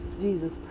Jesus